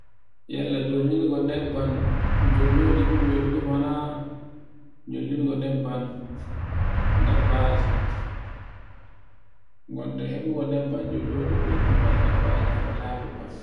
Yalla jonnirgol nebban jolloji ɓuri welugo na nyollirgo nebban dabbaji. Gonda heɓugo nebban jolloji ɓuri nebban dabbaji heɓatago fa ɗuɗa.